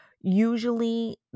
usually